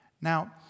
Now